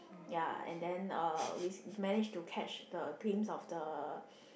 ya and then uh we manage to catch the glimpse of the